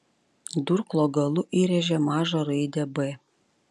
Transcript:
durklo galu įrėžė mažą raidę b